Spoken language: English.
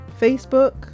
facebook